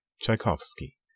Tchaikovsky